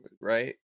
right